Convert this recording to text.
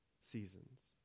seasons